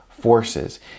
Forces